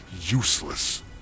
useless